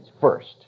first